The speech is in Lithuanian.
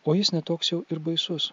o jis ne toks jau ir baisus